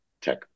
Tech